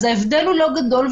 אז ההבדל אינו גדול,